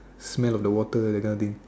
the smell of the water kind of thing